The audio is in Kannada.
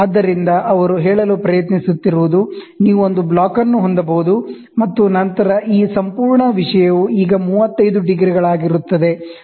ಆದ್ದರಿಂದ ಅವರು ಹೇಳಲು ಪ್ರಯತ್ನಿಸುತ್ತಿರುವುದು ನೀವು ಒಂದು ಬ್ಲಾಕ್ ಅನ್ನು ಹೊಂದಬಹುದು ಮತ್ತು ನಂತರ ಈ ಸಂಪೂರ್ಣ ವಿಷಯವು ಈಗ 35 ಡಿಗ್ರಿಗಳಾಗಿರುತ್ತದೆ